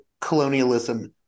colonialism